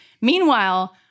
Meanwhile